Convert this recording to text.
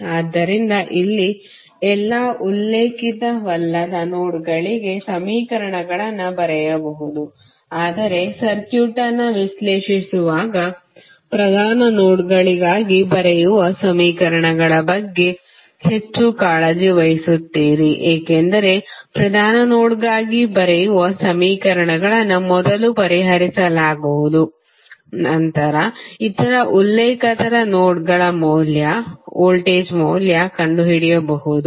ಆದ್ದರಿಂದ ಇಲ್ಲಿ ಎಲ್ಲಾ ಉಲ್ಲೇಖಿತವಲ್ಲದ ನೋಡ್ಗಳಿಗೆ ಸಮೀಕರಣಗಳನ್ನು ಬರೆಯಬಹುದು ಆದರೆ ಸರ್ಕ್ಯೂಟ್ ಅನ್ನು ವಿಶ್ಲೇಷಿಸುವಾಗ ಪ್ರಧಾನ ನೋಡ್ಗಳಿಗಾಗಿ ಬರೆಯುವ ಸಮೀಕರಣಗಳ ಬಗ್ಗೆ ಹೆಚ್ಚು ಕಾಳಜಿ ವಹಿಸುತ್ತೀರಿ ಏಕೆಂದರೆ ಪ್ರಧಾನ ನೋಡ್ಗಾಗಿ ಬರೆಯುವ ಸಮೀಕರಣಗಳನ್ನು ಮೊದಲು ಪರಿಹರಿಸಲಾಗುವುದು ನಂತರ ಇತರ ಉಲ್ಲೇಖೇತರ ನೋಡ್ಗಳ ಮೌಲ್ಯ ವೋಲ್ಟೇಜ್ ಮೌಲ್ಯ ಕಂಡುಹಿಡಿಯಬಹುದು